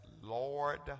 Lord